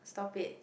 stop it